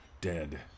dead